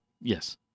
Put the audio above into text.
Yes